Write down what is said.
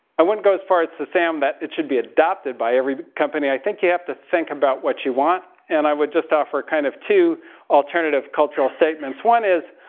i wouldn't go as far as to say um it should be adopted by every company. i think you have to think about what you want. and i would just offer kind of two alternative cultural statements. one is,